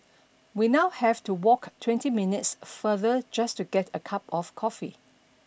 we now have to walk twenty minutes farther just to get a cup of coffee